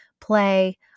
play